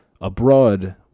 abroad